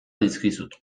dizkizut